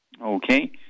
Okay